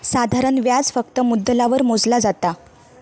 साधारण व्याज फक्त मुद्दलावर मोजला जाता